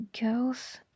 Girls